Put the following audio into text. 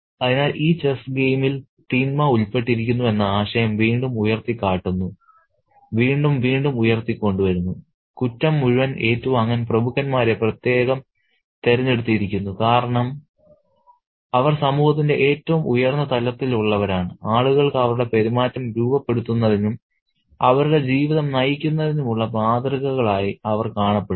അതിനാൽ ഈ ചെസ്സ് ഗെയിമിൽ തിന്മ ഉൾപ്പെട്ടിരിക്കുന്നു എന്ന ആശയം വീണ്ടും ഉയർത്തിക്കാട്ടുന്നു വീണ്ടും വീണ്ടും ഉയർത്തി കൊണ്ടുവരുന്നു കുറ്റം മുഴുവൻ ഏറ്റുവാങ്ങാൻ പ്രഭുക്കന്മാരെ പ്രത്യേകം തിരഞ്ഞെടുത്തിരിക്കുന്നു കാരണം അവർ സമൂഹത്തിന്റെ ഏറ്റവും ഉയർന്ന തലത്തിലുള്ളവരാണ് ആളുകൾക്ക് അവരുടെ പെരുമാറ്റം രൂപപ്പെടുത്തുന്നതിനും അവരുടെ ജീവിതം നയിക്കുന്നതിനുമുള്ള മാതൃകകളായി അവർ കാണപ്പെടുന്നു